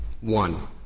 one